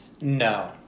no